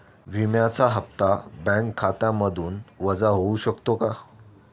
विम्याचा हप्ता बँक खात्यामधून वजा होऊ शकतो का?